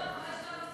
לא אמרתי.